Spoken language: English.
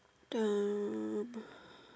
the the